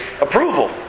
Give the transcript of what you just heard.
approval